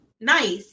nice